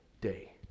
day